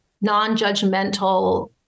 non-judgmental